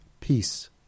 peace